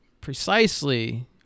precisely